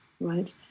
right